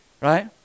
Right